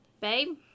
babe